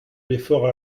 l’effort